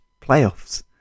playoffs